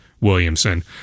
Williamson